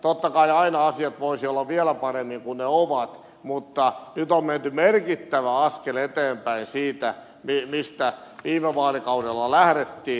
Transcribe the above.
totta kai aina asiat voisivat olla vielä paremmin kuin ne ovat mutta nyt on menty merkittävä askel eteenpäin siitä mistä viime vaalikaudella lähdettiin